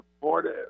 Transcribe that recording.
supportive